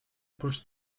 prócz